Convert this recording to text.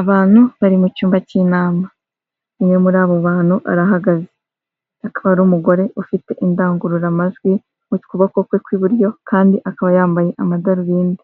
Abantu bari mu cyumba cy'inama umwe muri abo bantu arahagaze akaba ari umugore ufite indangururamajwi mu kuboko kwe kw'iburyo kandi akaba yambaye amadarubindi,